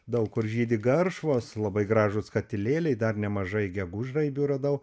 daug kur žydi garšvos labai gražūs katilėliai dar nemažai gegužraibių radau